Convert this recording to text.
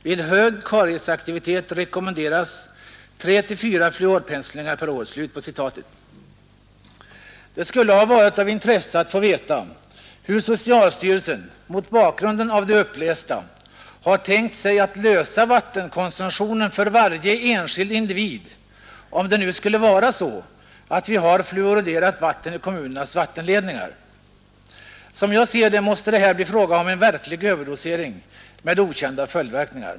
Vid hög kariesaktivitet rekommenderas 3-4 fluorpenslingar per år.” Det skulle ha varit av intresse att få veta hur socialstyrelsen mot bakgrunden av det upplästa har tänkt sig vattenkonsumtionen för varje enskild individ om det nu skulle vara så att vi har fluoriderat vatten i kommunernas vattenledningar. Som jag ser det måste det här bli fråga om en verklig överdosering med okända följdverkningar.